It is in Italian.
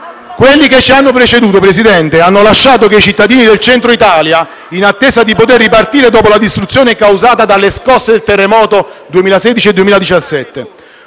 Quelli che ci hanno preceduto, signor Presidente, hanno lasciato i cittadini del Centro Italia, in attesa di poter ripartire dopo la distruzione causata dalle scosse del terremoto 2016 e 2017.